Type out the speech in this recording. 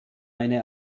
eine